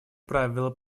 правила